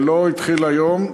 זה לא התחיל היום.